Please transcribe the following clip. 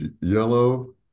yellow